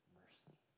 mercy